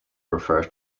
refer